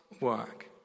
work